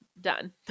done